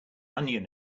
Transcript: onion